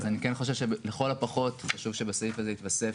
אז אני כן חושב שלכל הפחות חשוב שלסעיף הזה יתווסף: